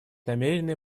намерены